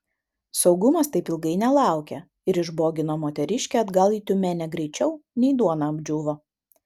saugumas taip ilgai nelaukė ir išbogino moteriškę atgal į tiumenę greičiau nei duona apdžiūvo